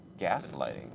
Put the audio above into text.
gaslighting